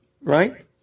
right